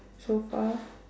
so far